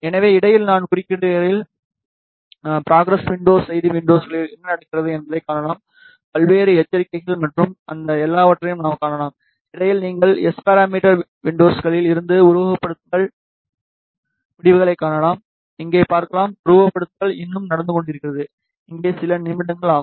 எனவே இடையில் நான் குறிப்பிடுகையில் ஃப்ராகரஸ் வின்டோஸ் செய்தி வின்டோஸ்களில் என்ன நடக்கிறது என்பதைக் காணலாம் பல்வேறு எச்சரிக்கைகள் மற்றும் அந்த எல்லாவற்றையும் நாம் காணலாம்இடையில் நீங்கள் எஸ் பாராமீட்டர் வின்டோஸ்களில் இருந்து உருவகப்படுத்துதல் முடிவுகளைக் காணலாம் இங்கே பார்க்கலாம் உருவகப்படுத்துதல் இன்னும் நடந்து கொண்டிருக்கிறது இங்கே சில நிமிடங்கள் ஆகும்